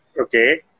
Okay